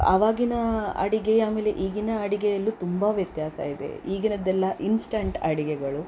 ಆವಾಗಿನ ಅಡುಗೆ ಆಮೇಲೆ ಈಗಿನ ಅಡುಗೆಯಲ್ಲೂ ತುಂಬ ವ್ಯತ್ಯಾಸಯಿದೆ ಈಗಿನದೆಲ್ಲ ಇನ್ಸ್ಟೆಂಟ್ ಅಡುಗೆಗಳು